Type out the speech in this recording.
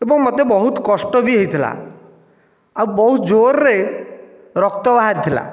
ଏବଂ ମୋତେ ବହୁତ କଷ୍ଟ ବି ହୋଇଥିଲା ଆଉ ବହୁ ଜୋରରେ ରକ୍ତ ବାହାରିଥିଲା